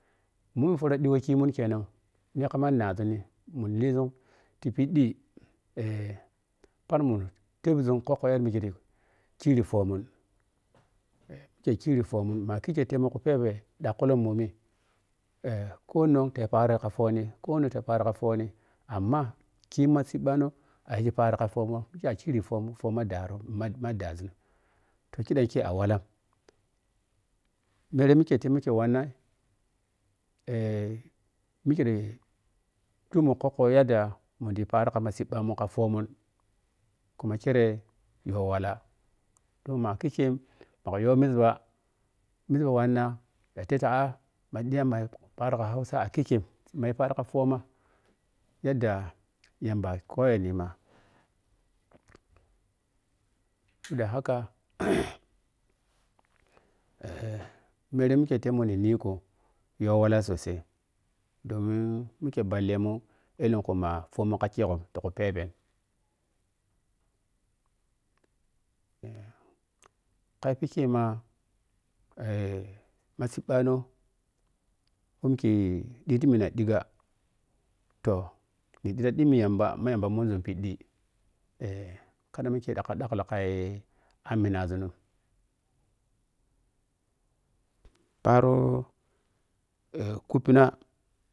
Moh foro ɗimo khimu kenan, me khama naʒunni mun liʒun ti pid ɗi ponmun tebʒun kokko me yaɗɗa mikhe ta khiro fomun mikhe khiro fomya ma kikhe kupebeh ɗakkulo momi konon ta paro ka foni, koni ta paro ka foni amma khina ma cibba no ayighi paro kha fomu, mikhi a khiriji fo ma daro, ma daʒun toh kudankhe a wallam, mere mikhe te mikhe wannan mikhe ta khub mun kokko weh munda yi paro ka cibba mun ka fomon khuma khi re yo wallah, toh ma khike maga yo misbah, misba wan na da tebta á maɗiya maya paro ka hausa a khike mayu paro ka foma yadda yamba koyonima. Tudda haka mere mikhe temo niniko yi walla sosai domin mikhe ballemu ɛlenku ma fomo kha khegon ti pupebem kayafikhe ma ma cibba no mikhe di ta mina ɗigha toh. Chi ɗita ɗimmo yamba ma yamba munʒun piɗɗi kaɗa mikhe dakki lla kha dan minaʒun. Paro kupina